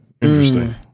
Interesting